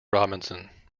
robinson